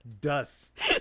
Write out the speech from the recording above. Dust